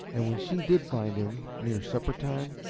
and when she did find him, near supper time,